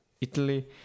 Italy